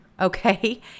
Okay